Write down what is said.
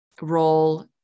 role